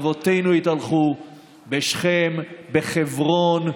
אבותינו התהלכו בשכם, בחברון,